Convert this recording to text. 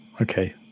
Okay